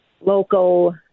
local